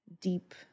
deep